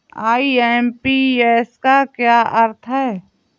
IMPS का क्या अर्थ है?